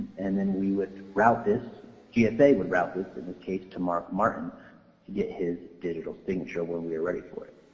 and then we would route this, gsa would route this and this case to mark martin to get his digital signature when we are ready for it.